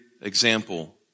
example